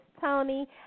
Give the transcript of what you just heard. Tony